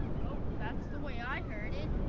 well, that's the way i heard it.